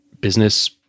business